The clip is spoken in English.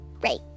Right